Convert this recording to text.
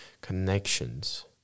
connections